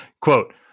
Quote